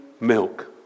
milk